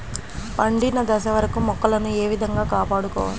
పండిన దశ వరకు మొక్కలను ఏ విధంగా కాపాడుకోవాలి?